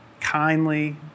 Kindly